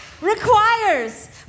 requires